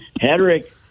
Hedrick